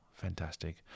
Fantastic